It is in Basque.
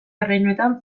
erreinuetan